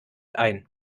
ein